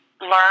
learn